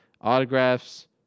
autographs